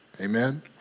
Amen